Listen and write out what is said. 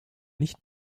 nicht